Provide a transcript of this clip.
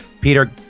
Peter